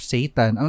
Satan